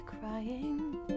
crying